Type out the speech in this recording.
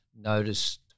noticed